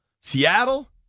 Seattle